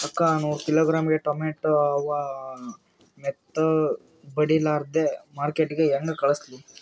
ಅಕ್ಕಾ ನೂರ kilogram tomato ಅವ, ಮೆತ್ತಗಬಡಿಲಾರ್ದೆ ಮಾರ್ಕಿಟಗೆ ಹೆಂಗ ಕಳಸಲಿ?